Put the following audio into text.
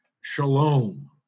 shalom